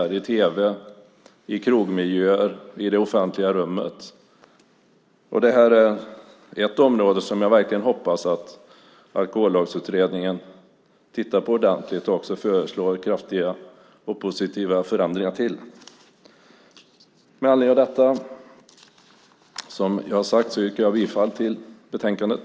Det är i tv, i krogmiljöer och i det offentliga rummet. Det här är ett område som jag verkligen hoppas att Alkohollagsutredningen tittar ordentligt på och också föreslår kraftiga och positiva förändringar. Med anledning av det jag har sagt yrkar jag bifall till förslagen i betänkandet.